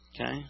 okay